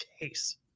case